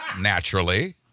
naturally